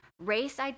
Race